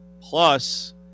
plus –